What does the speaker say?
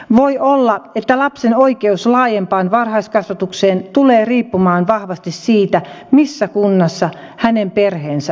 voi olla että lapsen oikeus laajempaan varhaiskasvatukseen tulee riippumaan vahvasti siitä missä kunnassa hänen perheensä asuu